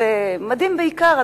מדהים בעיקר,